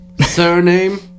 Surname